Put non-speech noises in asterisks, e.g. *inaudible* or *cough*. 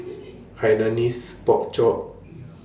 *noise* Hainanese Pork Chop *noise*